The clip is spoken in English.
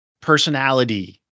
personality